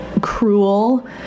cruel